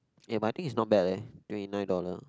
eh but I think it's not bad leh twenty nine dollar